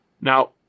Now